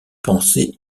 pensées